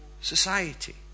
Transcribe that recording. society